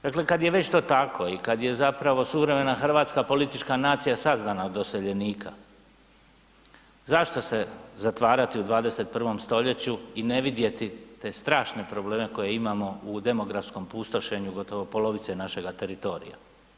Dakle, kad je već to tako i kad je zapravo suvremena Hrvatska, politička nacija sazdana od doseljenika, zašto se zatvarati u 21. st. i ne vidjeti te strašne probleme koje imamo u demografskom pustošenju gotovo polovice našega teritorija.